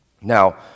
Now